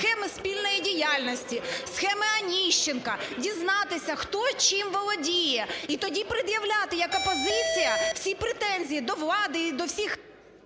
схеми спільної діяльності, схеми Онищенка, дізнатися, хто чим володіє і тоді пред'являти як опозиція всі претензії до влади і до всіх…